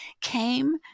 came